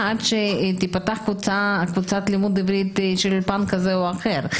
עד שתיפתח קבוצת לימוד עברית של אולפן כזה או אחר.